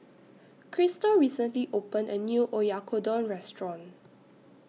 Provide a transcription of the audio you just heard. Chrystal recently opened A New Oyakodon Restaurant